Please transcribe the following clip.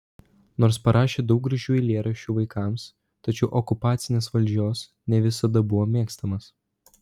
nors parašė daug gražių eilėraščių vaikams tačiau okupacinės valdžios ne visada buvo mėgstamas